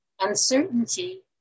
uncertainty